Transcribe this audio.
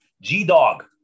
G-Dog